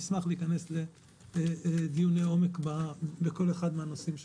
אשמח להיכנס לדיוני עומק בכל אחד מן הנושאים שעלו.